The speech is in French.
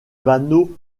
vanneau